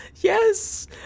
Yes